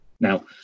Now